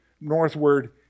northward